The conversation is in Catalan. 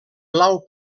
blau